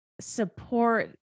support